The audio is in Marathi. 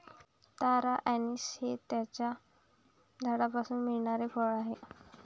तारा अंनिस हे त्याच्या झाडापासून मिळणारे फळ आहे